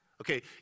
Okay